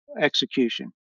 execution